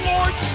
Lord